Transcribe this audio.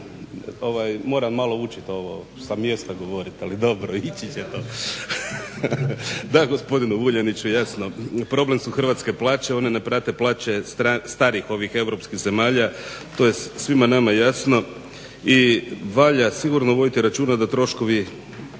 Moram malo učiti ovo sa mjesta govoriti, ali dobro ići će to. da gospodine Vuljaniću jasno, problem su hrvatske plaće, one ne prate plaće starih europskih zemalja, to je svima nama jasno i valja sigurno voditi računa da troškovi